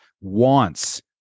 wants